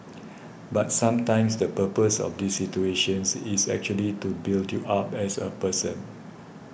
but sometimes the purpose of the situations is actually to build you up as a person